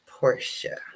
Portia